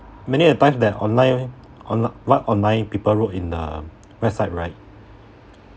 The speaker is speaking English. many a times that online on what online people wrote in the website right